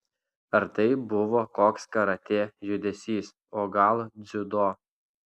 ar tai buvo koks karatė judesys o gal dziudo